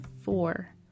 four